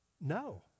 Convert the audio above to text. No